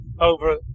over